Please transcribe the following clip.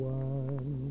one